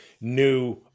new